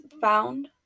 found